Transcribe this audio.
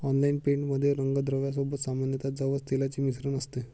oil paint मध्ये रंगद्रव्या सोबत सामान्यतः जवस तेलाचे मिश्रण असते